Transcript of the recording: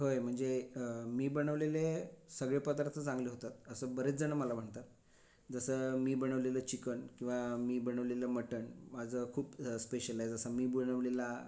होय म्हणजे मी बनवलेले सगळे पदार्थ चांगले होतात असं बरेच जण मला म्हणतात जसं मी बनवलेलं चिकन किंवा मी बनवलेलं मटण माझं खूप स्पेशल आहे जसा मी बनवलेला